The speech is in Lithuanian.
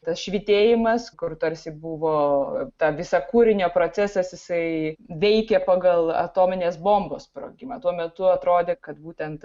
tas švytėjimas kur tarsi buvo tą visą kūrinio procesas jisai veikė pagal atominės bombos sprogimą tuo metu atrodė kad būtent